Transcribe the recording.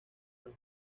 los